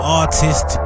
artist